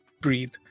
breathe